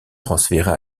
transférée